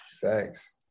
thanks